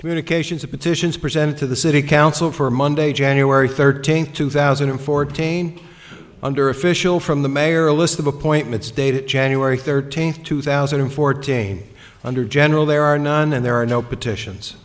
communications of petitions presented to the city council for monday january thirteenth two thousand and fourteen under official from the mayor a list of appointments dated january thirteenth two thousand and fourteen under general there are none and there are no petitions